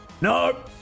no